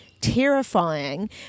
terrifying